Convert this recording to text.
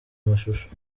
mashusho